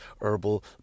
herbal